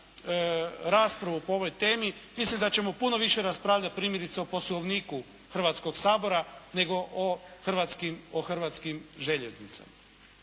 raspravu po ovoj temi. Mislim da ćemo puno više raspravljati primjerice o Poslovniku Hrvatskog sabora nego o hrvatskim željeznicama.